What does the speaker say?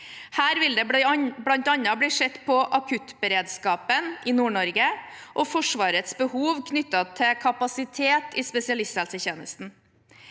Her vil det bl.a. bli sett på akuttberedskapen i Nord-Norge og Forsvarets behov knyttet til kapasitet i spesialisthelsetjenesten.